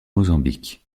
mozambique